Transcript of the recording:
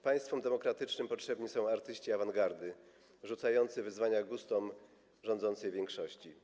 Państwom demokratycznym potrzebni są artyści awangardy rzucający wyzwania gustom rządzącej większości.